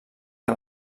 que